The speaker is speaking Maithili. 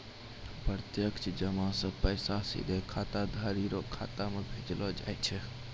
प्रत्यक्ष जमा से पैसा सीधे खाताधारी रो खाता मे भेजलो जाय छै